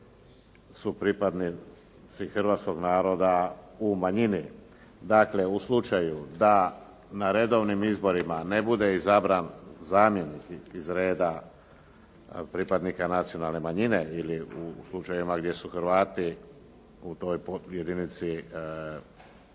su pripadnici hrvatskoga naroda u manjini. Dakle, u slučaju da na redovnim izborima ne bude izabran zamjenik iz reda pripadnika nacionalne manjine ili u slučajevima gdje su Hrvati u toj podjedinici u manjini,